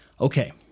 Okay